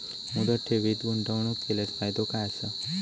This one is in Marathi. मुदत ठेवीत गुंतवणूक केल्यास फायदो काय आसा?